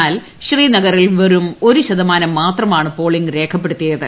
എന്നാൽ ശ്രീനഗറിൽ വെറും ഒരു ശതമാനം മാത്രമാണ് പോളിംഗ് രേഖരപ്പെടുത്തിയത്